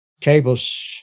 cables